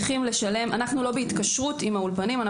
אנו לא בהתקשרות עם האולפנים.